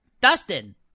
Dustin